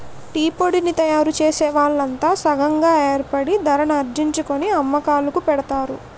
టీపొడిని తయారుచేసే వాళ్లంతా సంగం గాయేర్పడి ధరణిర్ణించుకొని అమ్మకాలుకి పెడతారు